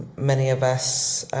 many of us